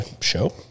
show